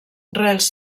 rels